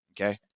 Okay